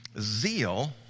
Zeal